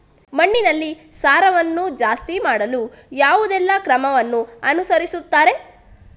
ಮಣ್ಣಿನಲ್ಲಿ ಸಾರವನ್ನು ಜಾಸ್ತಿ ಮಾಡಲು ಯಾವುದೆಲ್ಲ ಕ್ರಮವನ್ನು ಅನುಸರಿಸುತ್ತಾರೆ